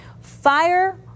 Fire